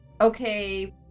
okay